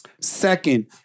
Second